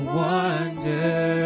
wonder